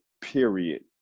period